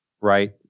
Right